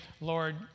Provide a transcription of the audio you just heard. Lord